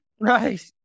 Right